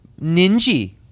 Ninji